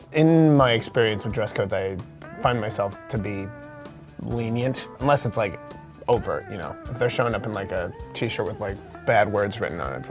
in my experience with dress codes, i find myself to be lenient. unless it's like overt. you know if they're showing up in like a t-shirt with like bad words written on it, it's